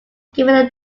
given